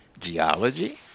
geology